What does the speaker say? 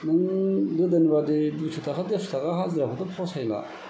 नों गोदोनि बायदि दुइस' थाखा देरस' थाखा हाजिराखौथ' फसायला